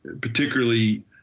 particularly